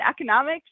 economics